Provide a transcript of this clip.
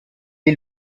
est